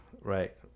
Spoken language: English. right